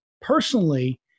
personally